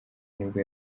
nibwo